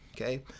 okay